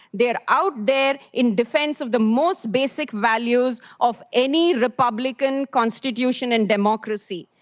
they are out there in defense of the most basic values of any republican constitution and democracy.